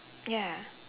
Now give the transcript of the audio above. ya